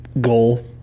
Goal